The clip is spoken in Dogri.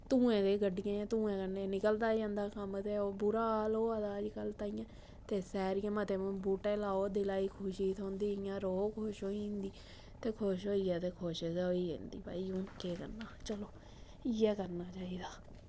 धुऐं दे गड्डियें दे धुऐं कन्नै निकलदा जंदा कम्म ते ओह् बुरा हाल होआ दा अजकल्ल तांइयैं ते सैर इ'यां मते बूह्टे लाओ दिला गी खुशी थ्होंदी इ'यां रूह् खुश होई जंदी ते खुश होइयै ते खुश गै होई जंदी भाई हून केह् करना चलो इ'यै करना चाहिदा